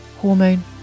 hormone